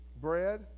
bread